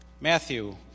Matthew